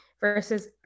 versus